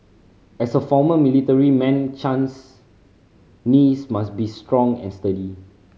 as a former military man Chan's knees must be strong and sturdy